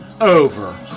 over